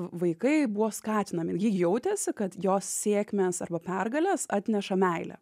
v vaikai buvo skatinami ji jautėsi kad jos sėkmės arba pergalės atneša meilę